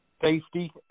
safety